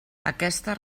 aquesta